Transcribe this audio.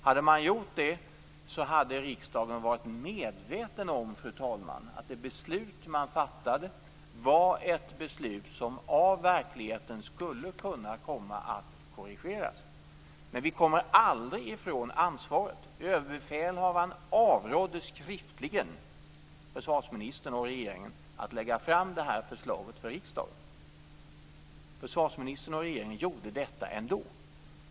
Hade man gjort det hade riksdagen varit medveten om, fru talman, att det beslut man fattade var ett beslut som skulle kunna komma att korrigeras av verkligheten. Men vi kommer aldrig ifrån ansvaret. Överbefälhavaren avrådde skriftligen försvarsministern och regeringen från att lägga fram detta förslag för riksdagen. Försvarsministern och regeringen gjorde det ändå.